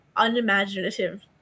unimaginative